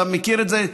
אתה מכיר את זה,